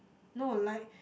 no like